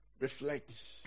Reflect